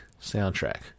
soundtrack